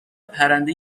پرنده